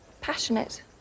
passionate